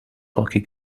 hockey